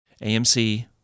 AMC